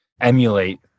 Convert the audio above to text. emulate